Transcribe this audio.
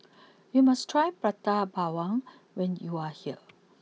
you must try Prata Bawang when you are here